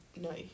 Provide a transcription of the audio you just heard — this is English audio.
no